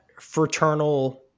fraternal